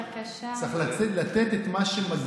השר פריג', צריך לתת את מה שמגיע,